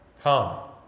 Come